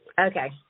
Okay